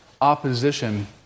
opposition